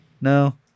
no